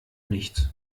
nichts